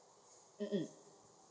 um um